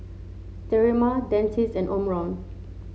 Sterimar Dentiste and Omron